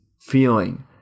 feeling